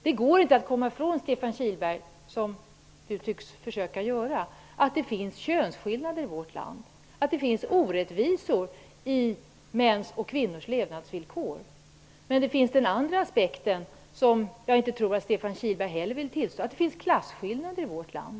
Det går inte att som Stefan Kihlberg tycks försöka göra, komma ifrån att det finns könsskillnader i vårt land och orättvisor i mäns och kvinnors levnadsvillkor. Men det finns också en annan aspekt, som jag tror att Stefan Kihlberg inte heller vill tillstå, nämligen att det finns klasskillnader i vårt land.